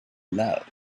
love